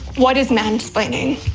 what is mansplaining?